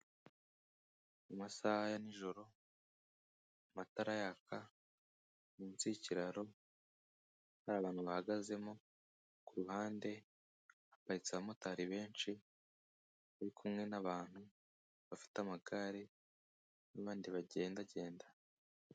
Mu masaha ya nijoro, amatara yaka, munsi y'ikiraro, hari abantu bahagazemo, ku ruhande haparitse abamotari benshi, bari kumwe n'abantu bafite amagare, n'abandi bagendagenda.